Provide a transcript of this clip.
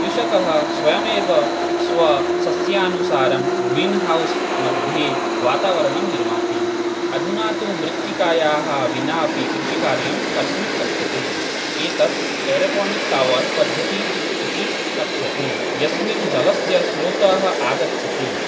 कृषकः स्वयमेव स्व सस्यानुसारं ग्रीन् हौस् मध्ये वातावरणं निर्माति अधुना तु मृत्तिकायाः विनापि कृषिकार्यं कर्तुं शक्यते एतत् एरोफ़ोनिक् तवर् पद्धतिः इति कथ्यते यस्मिन् जलस्य स्रोतः आगच्छति